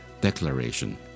declaration